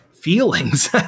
feelings